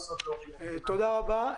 תודה רבה.